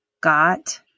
got